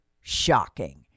shocking